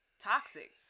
toxic